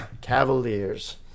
Cavaliers